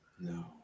no